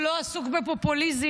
שלא עסוק בפופוליזם,